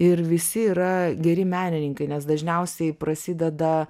ir visi yra geri menininkai nes dažniausiai prasideda